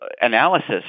analysis